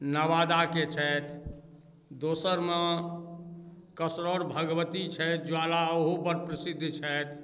नवादाके छथि दोसरमे कसरौर भगवती छथि ज्वाला ओहो बड्ड प्रसिद्ध छथि